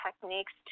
techniques